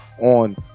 on